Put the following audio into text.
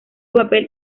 papel